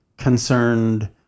concerned